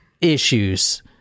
issues